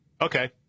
Okay